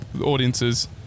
audiences